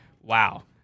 Wow